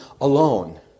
alone